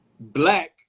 Black